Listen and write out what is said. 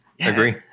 agree